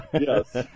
Yes